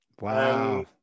Wow